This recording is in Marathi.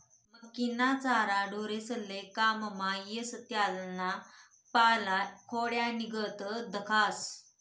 मक्कीना चारा ढोरेस्ले काममा येस त्याना पाला खोंड्यानीगत दखास